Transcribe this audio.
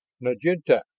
naginlta!